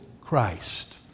Christ